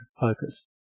focus